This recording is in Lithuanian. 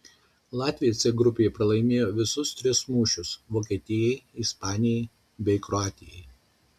latviai c grupėje pralaimėjo visus tris mūšius vokietijai ispanijai bei kroatijai